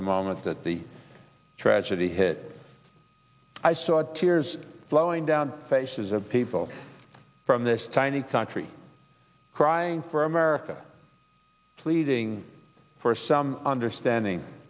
the moment that the tragedy hit i saw tears flowing down faces of people from this tiny country crying for america pleading for some understanding